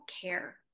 care